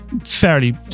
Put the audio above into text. fairly